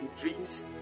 dreams